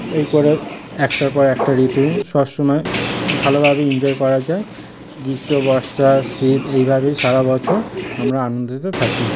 এই করে একটার পর একটা ঋতু সব সময় ভালোভাবে ইনজয় করা যায় গ্রীষ্ম বর্ষা শীত এইভাবেই সারা বছর আমরা আনন্দতে থাকি